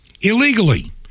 Illegally